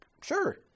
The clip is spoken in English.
Sure